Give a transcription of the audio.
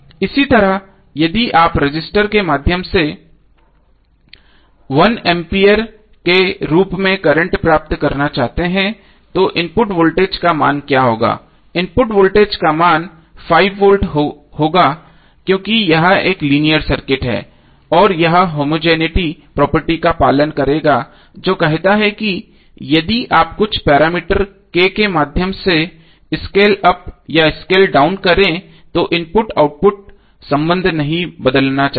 इसी तरह यदि आप रजिस्टर के माध्यम से 1 एम्पीयर के रूप में करंट प्राप्त करना चाहते हैं तो इनपुट वोल्टेज का मान क्या होगा इनपुट वोल्टेज का मान 5 वोल्ट होगा क्योंकि यह एक लीनियर सर्किट है और यह होमोजेनििटी प्रॉपर्टी का पालन करेगा जो कहता है कि यदि आप कुछ पैरामीटर K के माध्यम से स्केल अप या स्केल डाउन करें तो इनपुट आउटपुट संबंध नहीं बदलना चाहिए